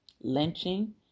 lynching